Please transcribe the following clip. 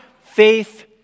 faith